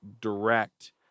Direct